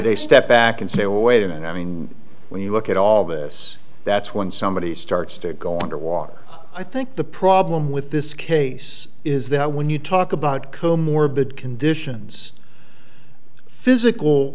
they step back and say wait a minute i mean when you look at all this that's when somebody starts to go on to walk i think the problem with this case is that when you talk about co morbid conditions physical